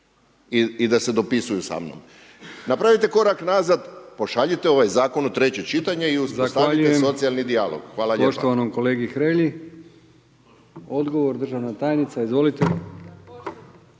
i da se dopisuju samnom. Napravite korak nazad, pošaljite ovaj zakon u treće čitanje i uspostavite socijalni dijalog. Hvala lijepa.